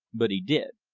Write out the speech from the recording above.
but he did.